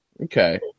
Okay